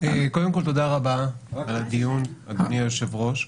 קודם כל, תודה רבה על הדיון, אדוני היושב-ראש.